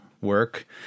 work